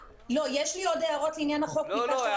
יש לי עוד הערות לעניין החוק --- לא,